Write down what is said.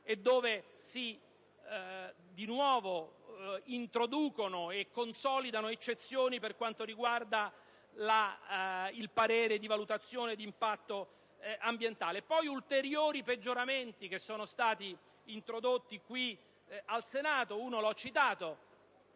e dove si introducono e consolidano eccezioni per quanto riguarda il parere di valutazione di impatto ambientale. Ulteriori peggioramenti sono stati introdotti al Senato: come ho già